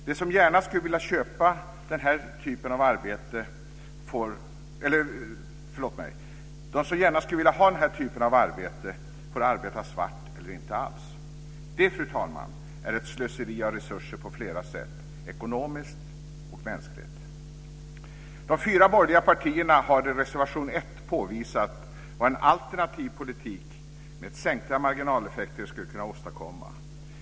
De som gärna skulle vilja ha denna typ av arbete får arbeta svart eller inte alls. Det, fru talman, är ett slöseri med resurser på flera sätt: ekonomiskt och mänskligt. påvisat vad en alternativ politik med sänkta marginaleffekter skulle kunna åstadkomma.